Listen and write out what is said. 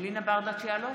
אלינה ברדץ' יאלוב,